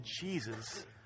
Jesus